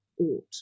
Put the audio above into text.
ought